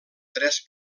tres